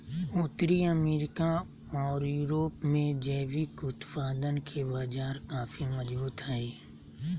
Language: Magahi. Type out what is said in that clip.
उत्तरी अमेरिका ओर यूरोप में जैविक उत्पादन के बाजार काफी मजबूत हइ